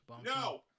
No